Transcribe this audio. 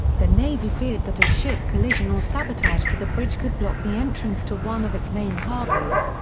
the navy feared that a ship collision or sabotage to the bridge could block the entrance to one of its main harbors.